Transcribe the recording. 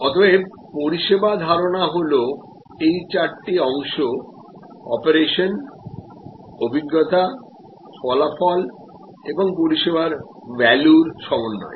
অতএব পরিষেবা ধারণা হল এই চারটি অংশ অপারেশন অভিজ্ঞতা ফলাফল এবং পরিষেবার ভ্যালুর সমন্বয়